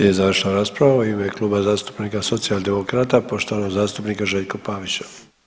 Slijedi završna rasprava u ime Kluba zastupnika socijaldemokrata, poštovanog zastupnika Željka Pavića.